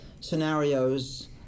scenarios